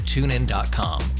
TuneIn.com